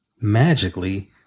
magically